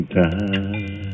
time